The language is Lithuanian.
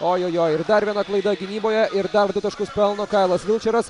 ojojoi ir dar viena klaida gynyboje ir dar du taškus pelno kailas vilčeras